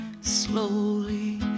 slowly